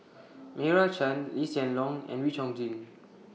Meira Chand Lee Hsien Loong and Wee Chong Jin